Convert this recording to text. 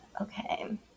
Okay